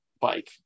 bike